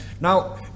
Now